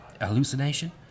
Hallucination